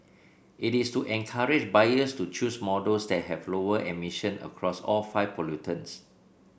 it is to encourage buyers to choose models that have lower emission across all five pollutants